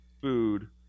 Food